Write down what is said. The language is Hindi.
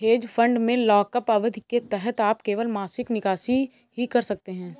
हेज फंड में लॉकअप अवधि के तहत आप केवल मासिक निकासी ही कर सकते हैं